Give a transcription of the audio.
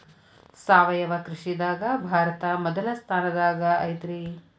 ಸಾವಯವ ಕೃಷಿದಾಗ ಭಾರತ ಮೊದಲ ಸ್ಥಾನದಾಗ ಐತ್ರಿ